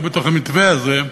לא בתוך המתווה הזה,